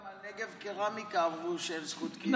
גם על נגב קרמיקה אמרו שאין לו זכות קיום,